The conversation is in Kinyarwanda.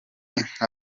nka